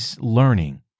learning